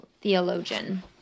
theologian